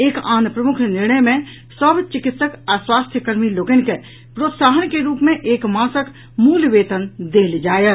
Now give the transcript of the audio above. एक आन प्रमुख निर्णय मे सभ चिकित्सक आ स्वास्थ्यकर्मी लोकनि के प्रोत्साहन के रूप मे एक मासक मूल वेतन देल जायत